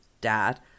dad